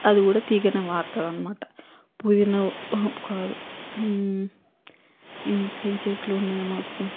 అదికూడ తీగనే పారతాది అనమాట పూదిన కాదు ఇంకేం చెట్లు ఉన్నాయి మాకు